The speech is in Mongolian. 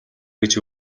гэж